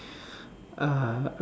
uh